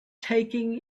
taking